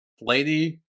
lady